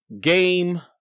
game